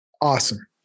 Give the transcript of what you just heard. awesome